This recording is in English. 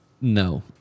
No